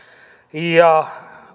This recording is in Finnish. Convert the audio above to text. ja